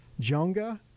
Jonga